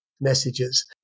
messages